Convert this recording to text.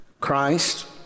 Christ